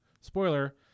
Spoiler